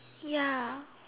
ya